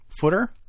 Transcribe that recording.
footer